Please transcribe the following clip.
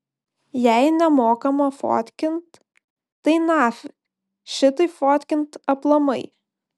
jei nemokama fotkint tai nafik šitaip fotkint aplamai